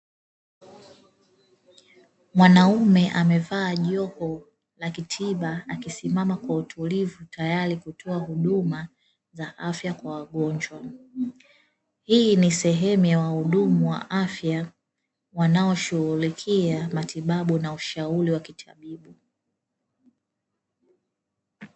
Mwanamume amevaa joho la kitiba akisimama kwa utulivu, tayari kutoa huduma za afya kwa wagonjwa. Hii ni sehemu ya wahudumu wa afya wanaoshughulikia matibabu na ushauri.